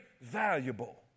valuable